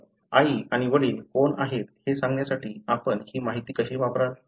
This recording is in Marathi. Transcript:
तर आई आणि वडील कोण आहेत हे सांगण्यासाठी आपण ही माहिती कशी वापराल